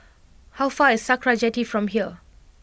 how far is Sakra Jetty from here